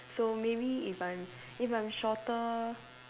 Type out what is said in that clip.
so maybe if I'm if I'm shorter